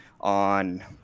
on